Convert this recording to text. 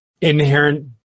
inherent